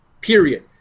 period